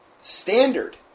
standard